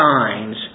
signs